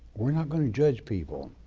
we're not gonna judge people.